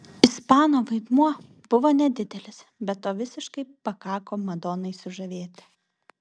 ispano vaidmuo buvo nedidelis bet to visiškai pakako madonai sužavėti